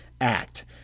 act